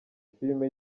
filime